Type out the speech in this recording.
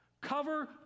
cover